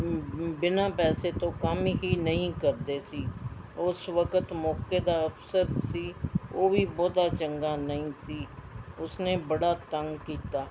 ਬਿਨਾਂ ਪੈਸੇ ਤੋਂ ਕੰਮ ਹੀ ਨਹੀਂ ਕਰਦੇ ਸੀ ਉਸ ਵਕਤ ਮੌਕੇ ਦਾ ਅਫ਼ਸਰ ਸੀ ਉਹ ਵੀ ਬਹੁਤਾ ਚੰਗਾ ਨਹੀਂ ਸੀ ਉਸਨੇ ਬੜਾ ਤੰਗ ਕੀਤਾ